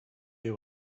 hear